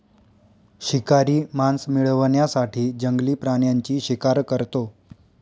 शिकारी मांस मिळवण्यासाठी जंगली प्राण्यांची शिकार करतो